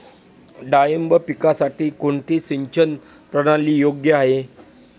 डाळिंब पिकासाठी कोणती सिंचन प्रणाली योग्य आहे?